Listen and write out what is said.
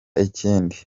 ikindi